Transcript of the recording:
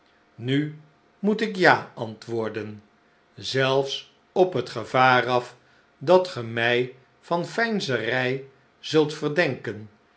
nu moet ik ja antwoorden zelfs op het gevaar af dat ge mij van veinzerij zult verdenken